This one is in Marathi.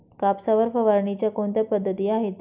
कापसावर फवारणीच्या कोणत्या पद्धती आहेत?